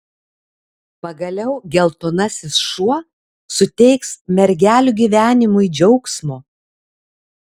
pagaliau geltonasis šuo suteiks mergelių gyvenimui džiaugsmo